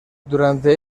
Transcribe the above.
durante